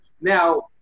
Now